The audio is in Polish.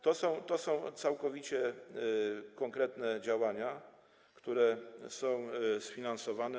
To są całkowicie konkretne działania, które są sfinansowane.